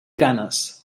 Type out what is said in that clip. ganes